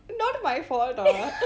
not my fault ah